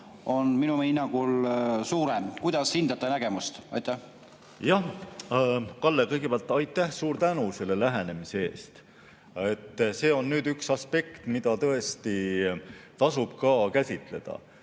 on minu hinnangul suurem. Kuidas hindate nägemust? Jah, Kalle, kõigepealt suur tänu selle lähenemise eest! See on üks aspekt, mida tõesti tasub ka käsitleda,